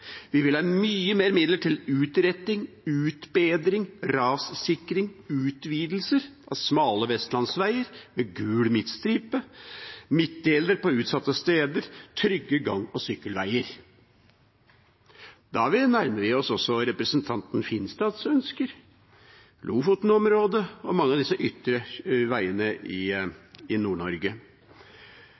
Vi vil ha mye mer midler til utretting, utbedring, rassikring, utvidelser av smale vestlandsveier, med gul midtstripe, midtdelere på utsatte steder og trygge gang- og sykkelveier. Da nærmer vi oss også representanten Finstads ønsker for Lofoten-området og mange av de ytre veiene i